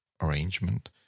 arrangement